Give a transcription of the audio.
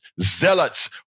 zealots